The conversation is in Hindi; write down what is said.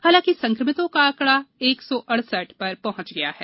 हालांकि संक्रमितों का आंकड़ा एक सौ अड़सठ पर पहुंच गया है